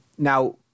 Now